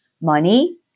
money